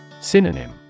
Synonym